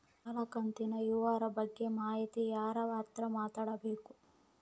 ಸಾಲ ಕಂತಿನ ವಿವರ ಬಗ್ಗೆ ಮಾಹಿತಿಗೆ ಯಾರ ಹತ್ರ ಮಾತಾಡಬೇಕು?